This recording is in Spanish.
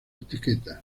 etiquetas